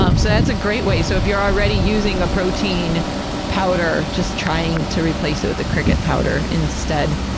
um so that's a great way. so if you're already using a protein powder, just trying to replace it with the cricket powder instead.